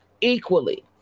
equally